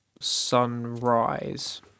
sunrise